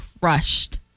crushed